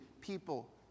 people